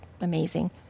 amazing